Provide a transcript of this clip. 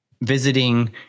visiting